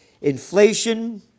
Inflation